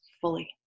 fully